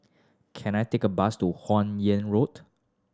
can I take a bus to Huan Yeng Road